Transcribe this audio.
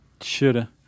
Shoulda